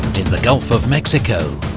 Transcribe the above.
in the gulf of mexico,